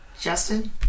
Justin